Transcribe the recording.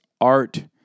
art